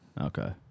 Okay